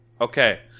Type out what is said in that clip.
Okay